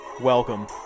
Welcome